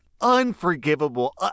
Unforgivable